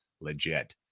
legit